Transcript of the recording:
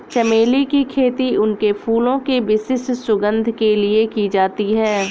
चमेली की खेती उनके फूलों की विशिष्ट सुगंध के लिए की जाती है